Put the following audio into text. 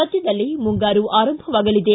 ಸದ್ಕದಲ್ಲೇ ಮುಂಗಾರು ಆರಂಭವಾಗಲಿದೆ